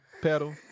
pedal